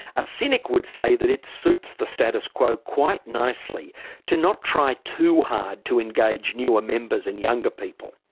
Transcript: a cynic would say that it suits the status quo quite nicely to not try too hard to engage newer members and younger people.